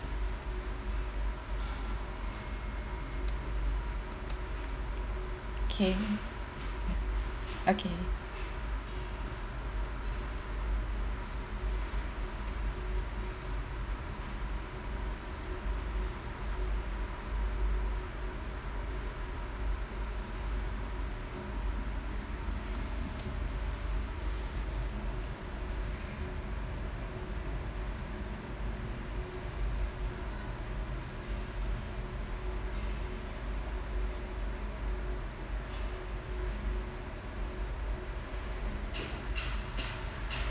K okay